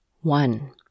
One